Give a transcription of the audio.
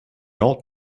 old